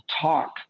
talk